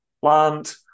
plant